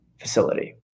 facility